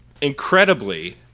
incredibly